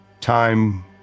time